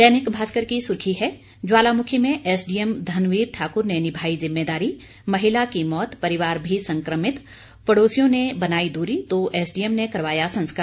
दैनिक भास्कर की सुर्खी है ज्वालामुखी में एसडीएम धनवीर ठाकुर ने निभाई जिम्मेदारी महिला की मौत परिवार भी संक्रमित पड़ोसियों ने बनाई दूरी तो एसडीएम ने करवाया संस्कार